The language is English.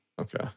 Okay